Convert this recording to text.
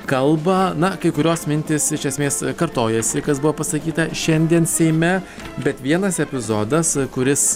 kalbą na kai kurios mintys iš esmės kartojasi kas buvo pasakyta šiandien seime bet vienas epizodas kuris